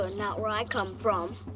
ah not where i come from.